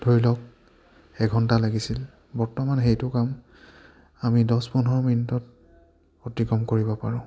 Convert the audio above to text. ধৰি লওক এঘণ্টা লাগিছিল বৰ্তমান সেইটো কাম আমি দহ পোন্ধৰ মিনিটত অতিক্ৰম কৰিব পাৰোঁ